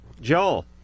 Joel